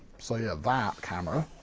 so yeah that, camera,